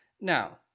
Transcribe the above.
Now